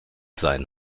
sein